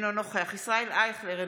אינו נוכח ישראל אייכלר,